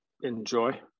enjoy